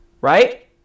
right